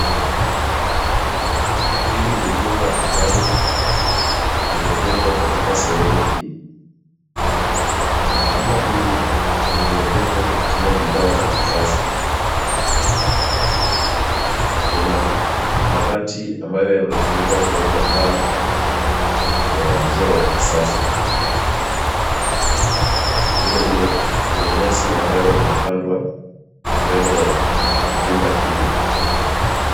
Hili ni chumba ambalo limechengwa katika sehemu hii, chumba hili limechengwa kwa kutumia bidhaa za kisasa kuna mabati ambayo yametumika kuwekwa paa ya njia ya kisasa, vile vile kuna nyasi ambayo imepandwa mbele ya chumba hili.